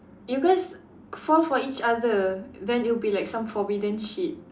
you guys fall for each other then it'll be like some forbidden shit